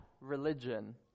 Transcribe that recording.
religion